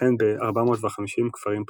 וכן ב-450 כפרים פלסטינים.